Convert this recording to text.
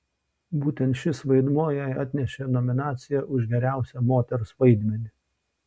būtent šis vaidmuo jai atnešė nominaciją už geriausią moters vaidmenį